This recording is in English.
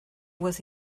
was